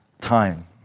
time